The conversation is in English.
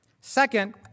Second